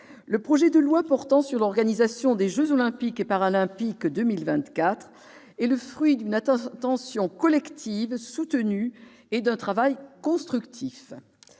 le projet de loi portant sur l'organisation des jeux Olympiques et Paralympiques 2024 est le fruit d'une attention collective soutenue et d'un travail constructif,